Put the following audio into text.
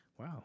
wow